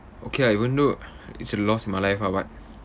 okay ah even though it's a loss in my life ah but